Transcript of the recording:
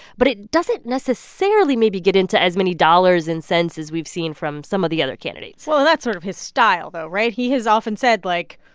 but it doesn't necessarily maybe get into as many dollars and cents as we've seen from some of the other candidates well, that's sort of his style, though, right? he has often said, like,